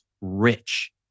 rich